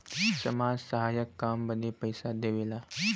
समाज सहायक काम बदे पइसा देवेला